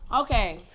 Okay